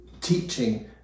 teaching